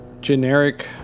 generic